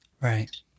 Right